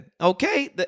okay